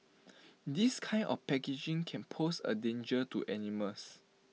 this kind of packaging can pose A danger to animals